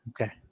okay